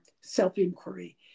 self-inquiry